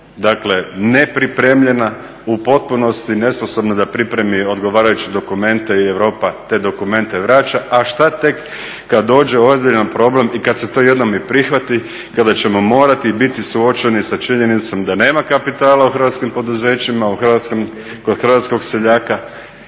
tom nepripremljena u potpunosti nesposobna da pripremi odgovarajuće dokumente i Europe te dokumente vraća, a šta tek kada dođe ozbiljan problem i kada se to jednom i prihvati kada ćemo morati biti suočeni sa činjenicom da nema kapitala u hrvatskim poduzećima kod hrvatskog seljaka,